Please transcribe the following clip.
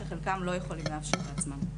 שחלקם לא יכולים להרשות לעצמם.